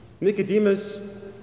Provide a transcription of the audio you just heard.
Nicodemus